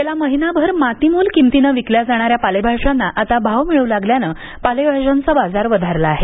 गेला महिनाभर मातीमोल किमतीनं विकल्या जाणाऱ्या पालेभाज्यांना आता भाव मिळू लागल्यानं पालेभाज्यांचा बाजार वधारला आहे